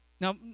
now